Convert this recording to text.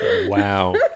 Wow